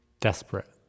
desperate